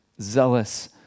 zealous